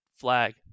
flag